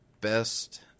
best